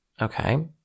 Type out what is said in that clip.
Okay